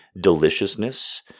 deliciousness